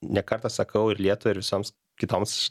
ne kartą sakau ir lietuvai ir visoms kitoms